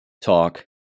talk